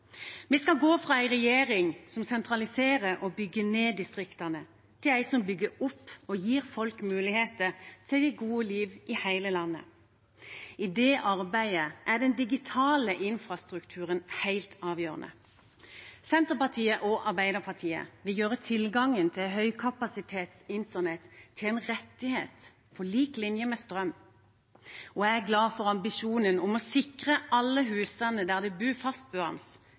Vi skal gå fra en regjering som sentraliserer og bygger ned distriktene, til en som bygger opp og gir folk muligheter til det gode liv i hele landet. I det arbeidet er den digitale infrastrukturen helt avgjørende. Senterpartiet og Arbeiderpartiet vil gjøre tilgangen til høykapasitetsinternett til en rettighet på lik linje med strøm, og jeg er glad for ambisjonen om å sikre alle husstander der det bor fastboende,